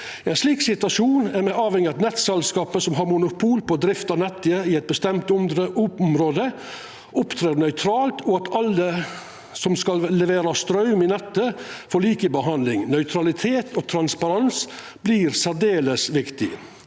I ein slik situasjon er me avhengige av at nettselskapet som har monopol på å drifta nettet i eit bestemt område, opptrer nøytralt, og at alle som skal levera straum i nettet, får likebehandling. Nøytralitet og transparens vert særdeles viktig.